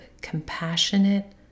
compassionate